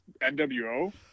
NWO